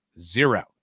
zero